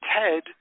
Ted